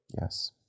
Yes